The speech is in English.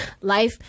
life